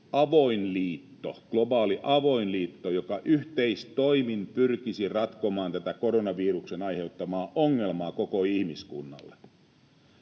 globaali avoin liitto, joka yhteistoimin pyrkisi ratkomaan tätä koronaviruksen aiheuttamaa ongelmaa koko ihmiskunnalle.